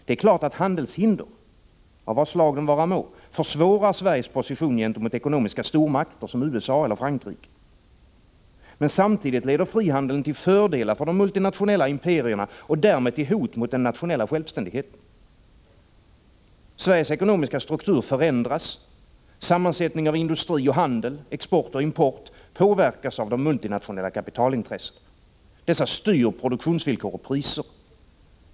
Det är klart att handelshinder — av vad slag det vara må — försvårar Sveriges position gentemot ekonomiska stormakter som USA eller Frankrike. Men samtidigt leder frihandeln till fördelar för de multinationella imperierna, och därmed till hot mot den nationella självständigheten. Sveriges ekonomiska struktur förändras. Sammansättningen av industri och handel, av export och import, påverkas av de multinationella kapitalintressena. Dessa styr produktionsvillkor och priser.